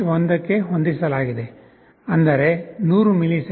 1 ಗೆ ಹೊಂದಿಸಲಾಗಿದೆ ಅಂದರೆ 100 ಮಿಲಿಸೆಕೆಂಡ್